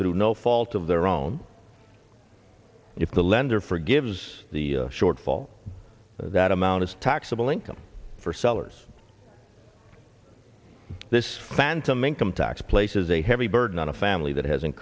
through no fault of their own if the lender forgives the shortfall that amount is taxable income for sellers this phantom income tax places a heavy burden on a family that has